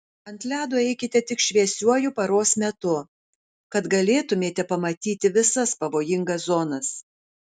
ant ledo eikite tik šviesiuoju paros metu kad galėtumėte pamatyti visas pavojingas zonas